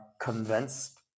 convinced